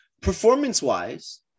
performance-wise